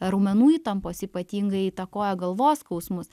raumenų įtampos ypatingai įtakoja galvos skausmus